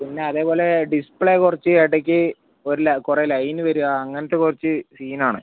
പിന്നെ അതേപോലെ ഡിസ്പ്ലേ കുറച്ച് ഇടയ്ക്ക് ഒരു കുറേ ലൈന് വരിക അങ്ങനത്തെ കുറച്ച് സീനാണ്